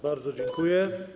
Bardzo dziękuję.